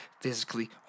physically